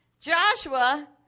Joshua